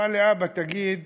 אמרה לי: אבא, תגיד